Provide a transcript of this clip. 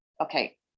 okay